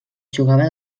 jugava